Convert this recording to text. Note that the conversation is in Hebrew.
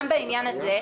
גם בעניין הזה,